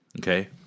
Okay